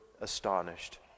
astonished